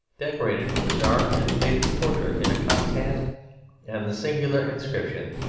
decorated with a dark and faded portrait in a cocked hat and the singular inscription,